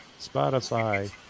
Spotify